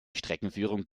streckenführung